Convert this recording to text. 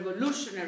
revolutionary